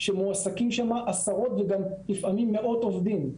שמועסקים שם עשרות וגם לפעמים מאות עובדים.